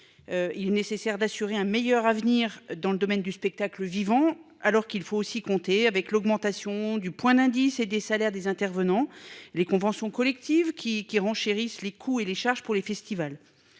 Il nécessaire d'assurer un meilleur avenir dans le domaine du spectacle vivant alors qu'il faut aussi compter avec l'augmentation du point d'indice et des salaires des intervenants, les conventions collectives qui qui renchérissent les coûts et les charges pour les festivals.